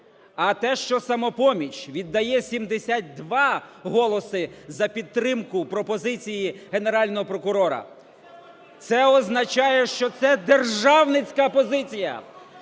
А те, що "Самопоміч" віддає 72 голоси за підтримку пропозиції Генерального прокурора, це означає, що це державницька позиція.